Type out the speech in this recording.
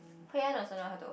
Hui-En also know how to